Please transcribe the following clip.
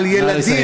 אבל ילדים,